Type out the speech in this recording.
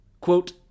quote